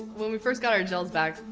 when we first got our gels back,